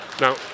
Now